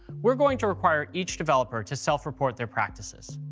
we're going to require each developer to self-report their practices.